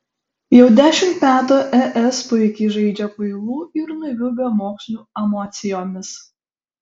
jau dešimt metų es puikiai žaidžia kvailų ir naivių bemokslių emocijomis